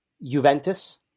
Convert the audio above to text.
Juventus